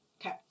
Okay